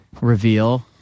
reveal